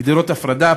גדרות הפרדה,